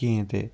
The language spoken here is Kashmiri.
کِہیٖنۍ تہِ